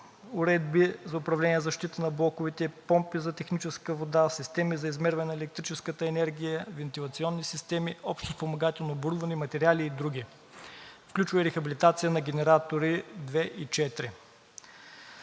уредби за управление защитата на блоковете, помпи за техническа вода, системи за измерване на електрическата енергия, вентилационни системи, общо спомагателно оборудване, материали и други. Включва и рехабилитация на генератори 2 и 4.